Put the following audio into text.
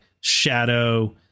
shadow